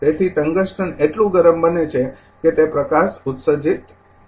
તેથી ટંગસ્ટન એટલું ગરમ બને છે કે તે પ્રકાશ ઉત્સર્જિત થાય છે